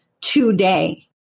today